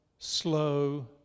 slow